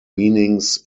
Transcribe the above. meanings